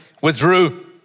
withdrew